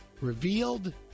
revealed